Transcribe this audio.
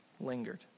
lingered